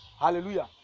Hallelujah